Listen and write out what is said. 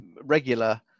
regular